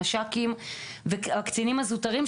המש"קים והקצינים הזוטרים,